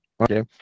okay